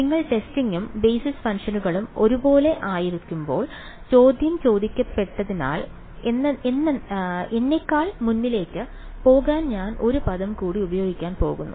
നിങ്ങൾ ടെസ്റ്റിംഗും ബേസിസ് ഫംഗ്ഷനുകളും ഒരുപോലെ ആയിരിക്കുമ്പോൾ ചോദ്യം ചോദിക്കപ്പെട്ടതിനാൽ എന്നെക്കാൾ മുന്നിലേക്ക് പോകാൻ ഞാൻ ഒരു പദം കൂടി ഉപയോഗിക്കാൻ പോകുന്നു